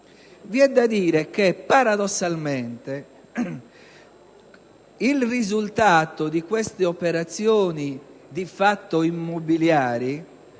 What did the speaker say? vi è da dire che, paradossalmente, il risultato di queste operazioni di fatto immobiliari,